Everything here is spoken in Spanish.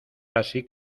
asi